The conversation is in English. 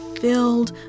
filled